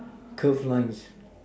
curved lines